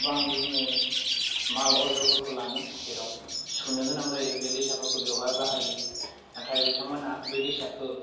गोबां बिदिनो माल अज'फोरखौ लाङो जेराव सुनो गोनां जायो बे दैसाफोरखौ बेयावहाय बाहायो नाथाइ बिथांमोनहा बे दैसाखो